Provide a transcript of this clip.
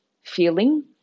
feeling